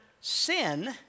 sin